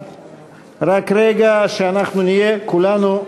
רק רגע, שאנחנו נהיה כולנו,